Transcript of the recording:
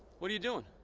what are you doing?